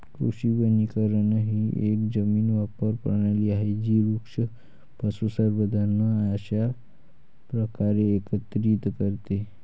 कृषी वनीकरण ही एक जमीन वापर प्रणाली आहे जी वृक्ष, पशुसंवर्धन अशा प्रकारे एकत्रित करते